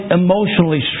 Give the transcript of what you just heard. emotionally